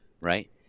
right